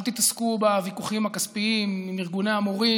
אל תתעסקו בוויכוחים הכספיים עם ארגוני המורים.